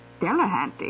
Delahanty